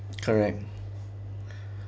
correct